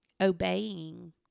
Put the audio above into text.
obeying